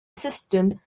system